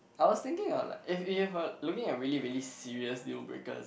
I was thinking of like if if you've a looking at really really serious deal breakers